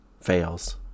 fails